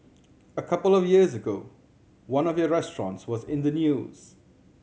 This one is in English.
a couple of years ago one of your restaurants was in the news